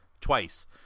twice